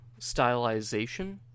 stylization